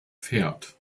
fährt